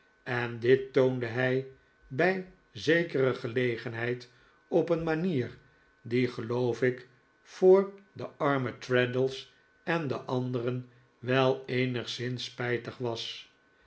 en dit toonde hij bij zekere gelegenheid op een manier die geloof ik voor den armen traddles en de anderen wel eenigszins spijtig was